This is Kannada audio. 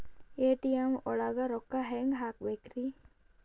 ಎ.ಟಿ.ಎಂ ಒಳಗ್ ರೊಕ್ಕ ಹೆಂಗ್ ಹ್ಹಾಕ್ಬೇಕ್ರಿ?